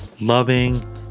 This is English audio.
loving